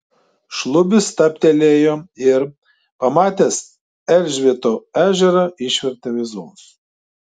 šlubis stabtelėjo ir pamatęs erzvėto ežerą išvertė veizolus